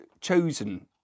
chosen